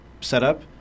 setup